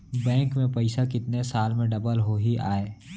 Bank में पइसा कितने साल में डबल होही आय?